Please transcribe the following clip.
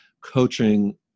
coaching